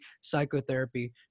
psychotherapy